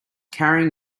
carrying